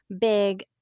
big